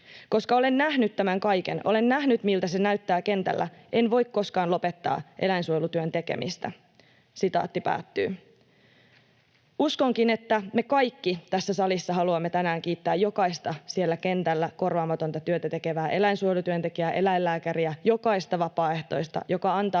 Koska olen nähnyt tämän kaiken — olen nähnyt, miltä se näyttää kentällä — en voi koskaan lopettaa eläinsuojelutyön tekemistä.” Uskonkin, että me kaikki tässä salissa haluamme tänään kiittää jokaista siellä kentällä korvaamatonta työtä tekevää eläinsuojelutyöntekijää, eläinlääkäriä, jokaista vapaaehtoista, joka antaa